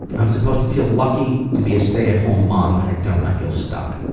i'm supposed to feel lucky to be a stay-at-home mom but i don't. i feel stuck.